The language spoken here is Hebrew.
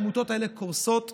העמותות האלה קורסות,